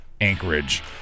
Anchorage